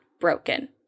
broken